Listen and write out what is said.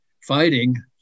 fighting